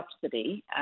subsidy